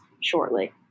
shortly